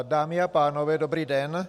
Dámy a pánové, dobrý den.